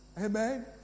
Amen